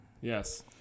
Yes